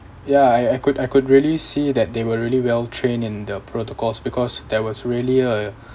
ya I I could I could really see that they were really well trained in the protocols because there was really a